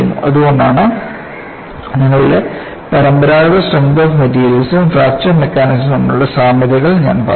അതുകൊണ്ടാണ് നിങ്ങളുടെ പരമ്പരാഗത സ്ട്രെങ്ത് ഓഫ് മെറ്റീരിയൽസ്യും ഫ്രാക്ചർ മെക്കാനിക്സും തമ്മിലുള്ള സാമ്യതകൾ ഞാൻ പറഞ്ഞു